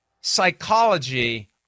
psychology